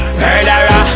murderer